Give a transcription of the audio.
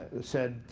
said,